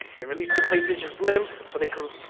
they released the playstation slim so they could,